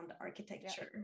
architecture